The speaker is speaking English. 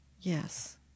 Yes